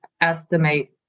estimate